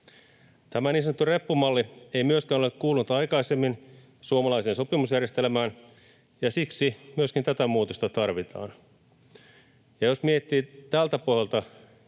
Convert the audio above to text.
Tämä niin sanottu reppumalli ei myöskään ole kuulunut aikaisemmin suomalaiseen sopimusjärjestelmään, ja siksi myöskin tätä muutosta tarvitaan. Ja jos miettii tältä puolelta,